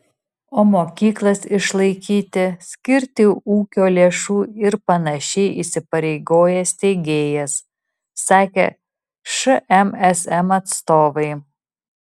o mokyklas išlaikyti skirti ūkio lėšų ir panašiai įsipareigoja steigėjas sakė šmsm atstovai